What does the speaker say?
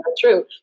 true